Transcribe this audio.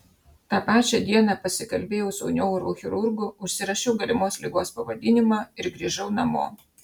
tą pačią dieną pasikalbėjau su neurochirurgu užsirašiau galimos ligos pavadinimą ir grįžau namo